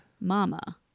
Mama